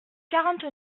quarante